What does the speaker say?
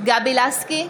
גבי לסקי,